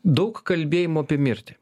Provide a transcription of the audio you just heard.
daug kalbėjimo apie mirtį